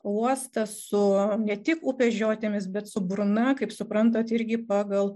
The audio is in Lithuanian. uostą su ne tik upės žiotimis bet su burna kaip suprantat irgi pagal